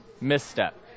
misstep